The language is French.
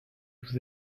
vous